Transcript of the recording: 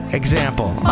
example